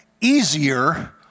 easier